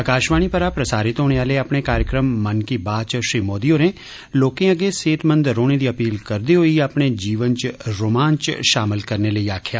आकाशवाणी पर प्रसारित होने आहले अपने कार्यक्रम 'मन की बात' च श्री मोदी होरें लोके अग्गै सेहतमंद रौहने दी अपील करदे होई अपने जीवन च रोमांच शामल करने लेई आक्खेआ